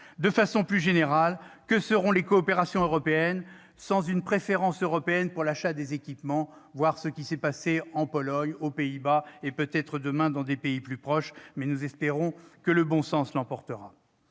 De façon plus générale, que seront les coopérations européennes sans une préférence européenne pour l'achat des équipements ? Souvenons-nous de ce qui s'est passé en Pologne et aux Pays-Bas et qui se répétera peut-être demain dans des pays plus proches ... Espérons que le bon sens l'emporte.